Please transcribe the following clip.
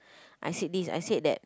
I said this I said that